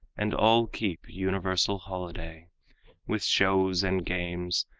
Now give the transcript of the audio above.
and all keep universal holiday with shows and games,